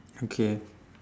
okay